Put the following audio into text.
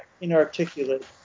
inarticulate